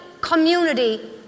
community